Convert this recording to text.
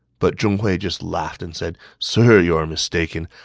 but zhong hui just laughed and said, sir, you're mistaken.